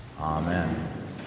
Amen